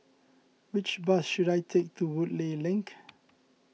which bus should I take to Woodleigh Link